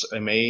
MA